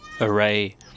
array